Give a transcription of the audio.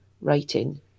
writing